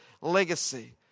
legacy